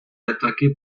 attaquée